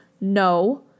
No